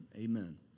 Amen